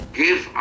give